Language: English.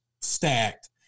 stacked